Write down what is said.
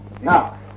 Now